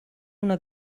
una